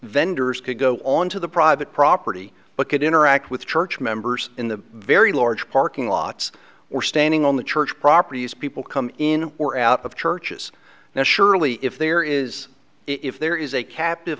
vendors could go on to the private property but could interact with church members in the very large parking lots we're standing on the church property as people come in or out of churches now surely if there is if there is a captive